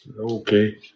Okay